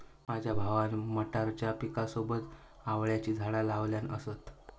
माझ्या भावान मटारच्या पिकासोबत आवळ्याची झाडा लावल्यान असत